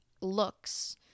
looks